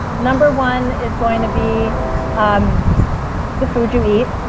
number one, is going to be um the food you eat,